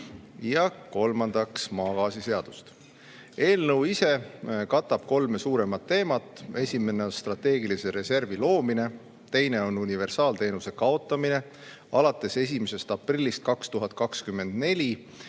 ja kolmandaks maagaasiseadust. Eelnõu ise katab kolme suuremat teemat. Esimene on strateegilise reservi loomine, teine on universaalteenuse kaotamine alates 1. aprillist 2024